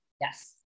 Yes